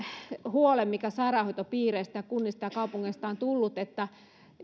huolen mikä sairaanhoitopiireistä kunnista ja kaupungeista on tullut